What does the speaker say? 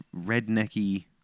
rednecky